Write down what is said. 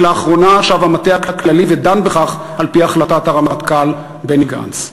רק לאחרונה שב המטה הכללי ודן בכך על-פי החלטת הרמטכ"ל בני גנץ.